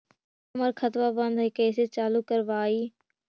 हमर खतवा बंद है कैसे चालु करवाई?